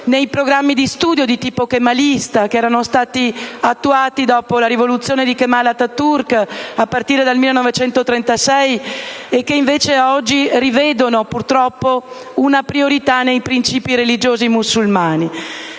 nei programmi di studio di tipo kemalista, che erano stati attuati dopo la rivoluzione di Kemal Atatürk, a partire dal 1936, e che oggi, invece, tornano ad evidenziare purtroppo una priorità nei principi religiosi musulmani.